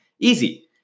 Easy